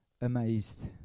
amazed